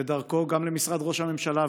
ודרכו גם למשרד ראש הממשלה,